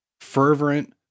fervent